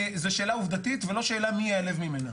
זו שאלה עובדתית ולא שאלה מי ייעלב ממנה.